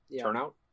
turnout